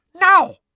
now